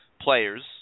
players